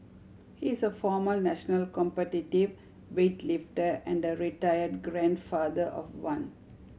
he is a former national competitive weightlifter and a retired grandfather of one